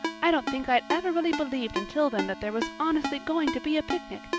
i don't think i'd ever really believed until then that there was honestly going to be a picnic.